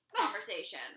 conversation